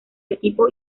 equipo